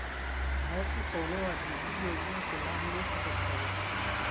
भारत के कवनो आदमी इ योजना के लाभ ले सकत हवे